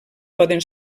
poden